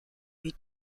wie